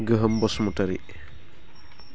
गोहोम बसुमतारी